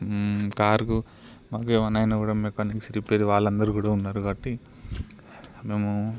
కారుకు మనకేమైనా కూడా మెకానిక్ రిపేరు వాళ్ళందరూ కూడా ఉన్నారు కాబట్టి మేము